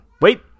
wait